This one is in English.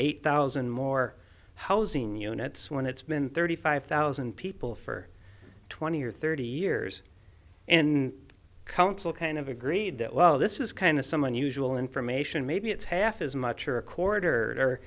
eight thousand more housing units when it's been thirty five thousand people for twenty or thirty years in council kind of agreed that well this is kind of someone usual information maybe it's half as much or a quarter